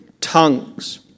tongues